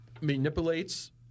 manipulates